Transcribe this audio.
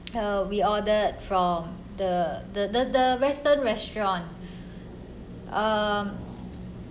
uh we ordered from the the the the western restaurant um